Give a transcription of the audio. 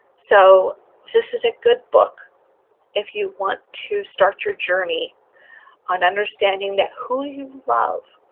so this is a good book if you want to start your journey on understanding that who you love